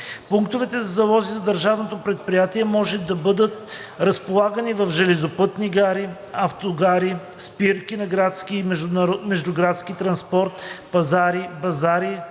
Пунктовете за залози на държавното предприятие може да бъдат разполагани в железопътни гари, автогари, спирки на градски и междуградски транспорт, пазари, базари,